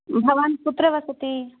भवान् कुत्र वसति